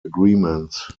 agreements